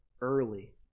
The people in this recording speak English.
early